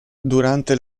durante